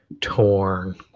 torn